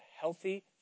healthy